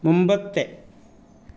മുമ്പത്തെ